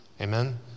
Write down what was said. Amen